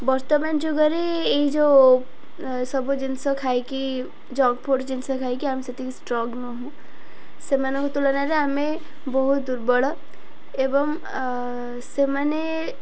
ବର୍ତ୍ତମାନ ଯୁଗରେ ଏଇ ଯୋଉ ସବୁ ଜିନିଷ ଖାଇକି ଜଙ୍କ୍ ଫୁଡ଼୍ ଜିନିଷ ଖାଇକି ଆମେ ସେତିକି ଷ୍ଟ୍ରଙ୍ଗ ନୁହଁ ସେମାନଙ୍କ ତୁଳନାରେ ଆମେ ବହୁତ ଦୁର୍ବଳ ଏବଂ ସେମାନେ